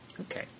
Okay